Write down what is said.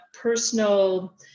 personal